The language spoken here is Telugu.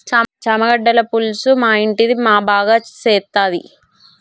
చామగడ్డల పులుసు మా ఇంటిది మా బాగా సేత్తది